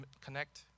connect